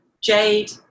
jade